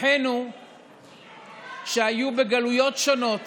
אחינו שהיו בגלויות שונות